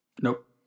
Nope